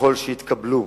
ככל שיתקבלו.